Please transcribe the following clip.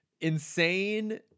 insane